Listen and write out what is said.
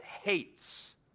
hates